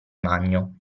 magno